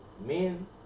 Men